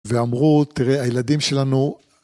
ואמרו, תראה הילדים שלנו